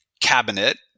cabinet